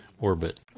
orbit